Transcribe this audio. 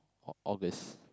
or August